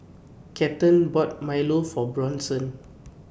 Kathern bought Milo For Bronson